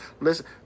Listen